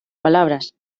palabras